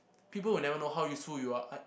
people will never know how useful you are un~